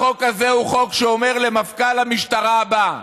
החוק הזה הוא חוק שאומר למפכ"ל המשטרה הבא: